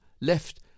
left